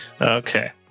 okay